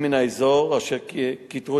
לאחרונה שישנה אפילו רדיפה,